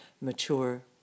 mature